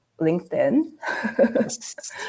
LinkedIn